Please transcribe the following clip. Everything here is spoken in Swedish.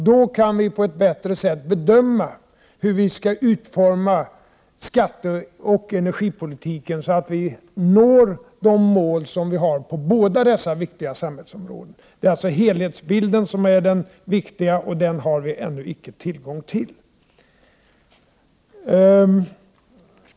Då kan vi på ett bättre sätt bedöma hur vi skall utforma skatteoch energipolitiken, så att vi når de mål vi har satt upp på båda dessa viktiga samhällsområden. Det är alltså helhetsbilden som är den viktiga, och den har vi ännu icke tillgång till.